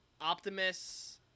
Optimus